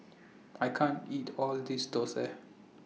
I can't eat All of This Dosa